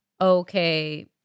okay